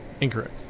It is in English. Incorrect